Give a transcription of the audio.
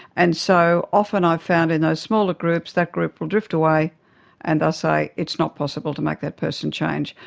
and so often i've found in those smaller groups, that group will drift away and they'll say it's not possible to make that person change.